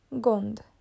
gond